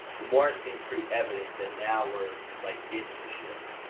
the more it seems pretty evident that now we're like, in the shit.